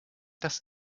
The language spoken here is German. das